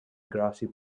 grassy